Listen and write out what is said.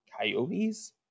Coyotes